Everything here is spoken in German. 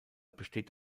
besteht